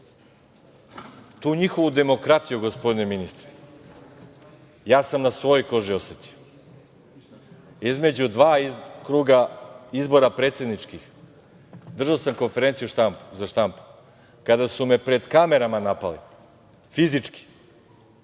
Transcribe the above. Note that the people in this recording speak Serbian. njihovu demokratiju, gospodine ministre, ja sam na svojoj koži osetio između dva kruga predsedničkih izbora. Držao sam Konferenciju za štampu, kada su me pred kamerama napali, fizički